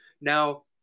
Now